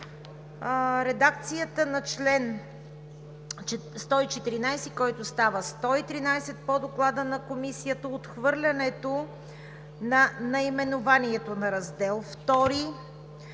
редакцията на чл. 114, който става чл. 113 по Доклада на Комисията; отхвърлянето на наименованието на Раздел